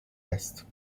است